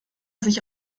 sich